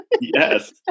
Yes